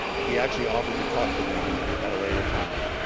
he actually offered to talk to them at a later time.